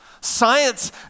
Science